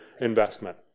investment